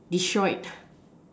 destroyed